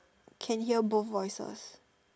can hear both voices